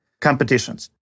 competitions